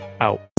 out